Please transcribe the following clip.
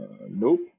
Nope